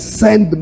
send